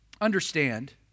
Understand